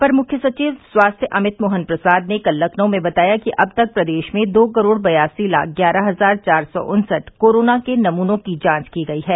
अपर मुख्य सचिव स्वास्थ्य अमित मोहन प्रसाद ने कल लखनऊ में बताया कि अब तक प्रदेश में दो करोड़ बयासी लाख ग्यारह हजार चार सौ उन्सठ कोरोना के नमूनों की जांच की गई है